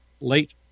late